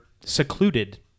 secluded